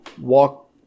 Walk